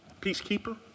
Peacekeeper